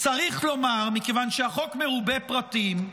צריך לומר, מכיוון שהחוק מרובה פרטים,